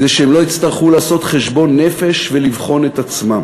כדי שהם לא יצטרכו לעשות חשבון נפש ולבחון את עצמם.